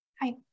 Hi